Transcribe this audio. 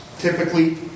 Typically